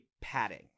padding